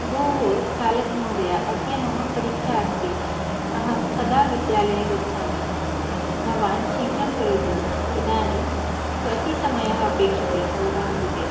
भोः चालकमहोदय अद्य मम परीक्षा अस्ति अहं कदा विद्यालये गच्छामि भवान् शीघ्रं करोतु इदानीं कति समयः अपेक्ष्यते भवतः कृते